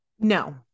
No